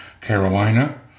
Carolina